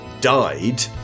died